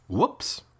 Whoops